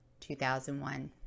2001